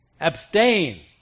Abstain